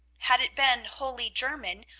had it been wholly german,